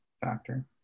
factor